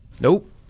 Nope